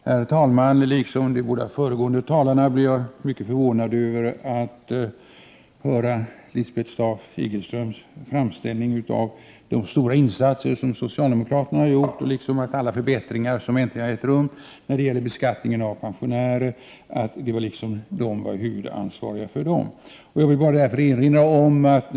Herr talman! Liksom de båda föregående talarna blir jag mycket förvånad 9 maj 1989 över att höra Lisbeth Staaf-Igelströms framställning av de stora insatser som socialdemokraterna har gjort, liksom att socialdemokraterna har varit huvudansvariga för alla förbättringar som äntligen har ägt rum i beskattningen av pensionärer.